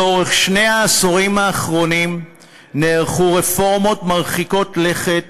לאורך שני העשורים האחרונים נערכו רפורמות מרחיקות לכת